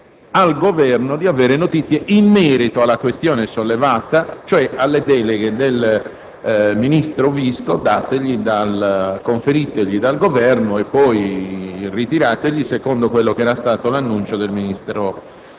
al Governo di avere notizie in merito alla questione sollevata, cioè sulle deleghe al vice ministro Visco conferitegli dal Governo e poi ritirategli secondo l'annuncio del ministro